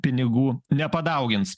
pinigų nepadaugins